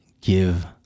give